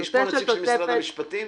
יש פה נציג של משרד המשפטים?